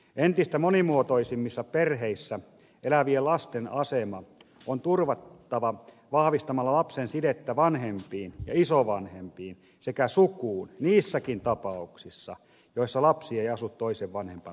entistä monimuotoisemmissa perheissä elävien lasten asema on turvattava vahvistamalla lapsen sidettä vanhempiin ja isovanhempiin sekä sukuun niissäkin tapauksissa joissa lapsi ei asu toisen vanhempansa kanssa